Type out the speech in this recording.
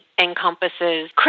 encompasses